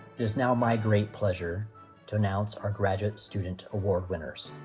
is now my great pleasure to announce our graduate student award winners.